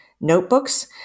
notebooks